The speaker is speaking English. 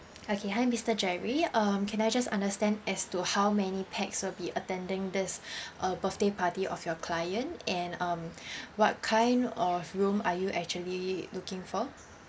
okay hi mister jerry um can I just understand as to how many pax will be attending this uh birthday party of your client and um what kind of room are you actually looking for